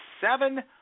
seven